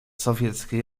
sowieckie